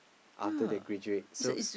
after they graduate so